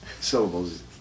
syllables